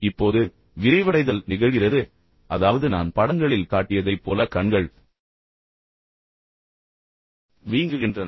இப்போது விரிவடைதல் நிகழ்கிறது அதாவது நான் படங்களில் காட்டியதை போல கண்கள் வீங்குகின்றன